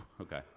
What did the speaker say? Okay